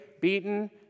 beaten